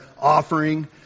offering